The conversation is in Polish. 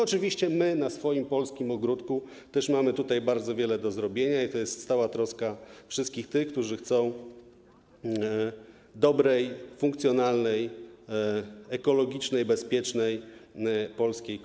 Oczywiście w swoim polskim ogródku też mamy bardzo wiele do zrobienia i to jest stała troska wszystkich tych, którzy chcą dobrej, funkcjonalnej, ekologicznej, bezpiecznej, polskiej kolei.